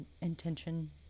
intention